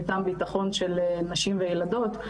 מטעם ביטחון של נשים וילדות,